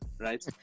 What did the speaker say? right